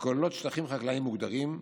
וכוללות שטחים חקלאיים מוגדרים.